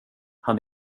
han